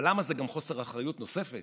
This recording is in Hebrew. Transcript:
אבל למה זה גם חוסר אחריות נוסף?